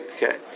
Okay